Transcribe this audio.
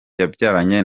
yabyaranye